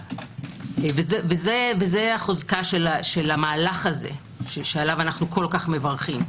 וזה החוזקה של המהלך הזה שעליו אנו כה מברכים,